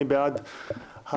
מי בעד ההמלצה?